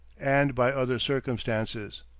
and by other circumstances.